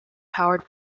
powered